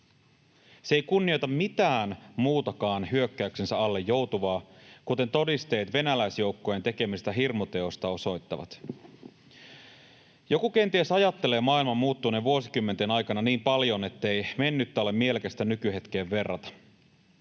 Se ei kunnioita mitään muutakaan hyökkäyksensä alle joutuvaa, kuten todisteet venäläisjoukkojen tekemistä hirmuteoista osoittavat. Joku kenties ajattelee maailman muuttuneen vuosikymmenten aikana niin paljon, ettei mennyttä ole mielekästä nykyhetkeen verrata.